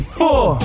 four